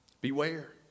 Beware